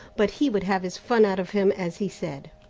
but he would have his fun out of him, as he said.